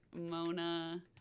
mona